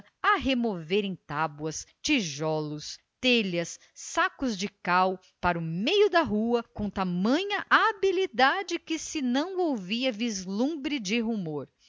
a removerem tábuas tijolos telhas sacos de cal para o meio da rua com tamanha habilidade que se não ouvia vislumbre de rumor